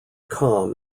com